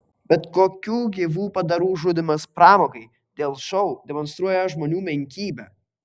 bet kokių gyvų padarų žudymas pramogai dėl šou demonstruoja žmonių menkybę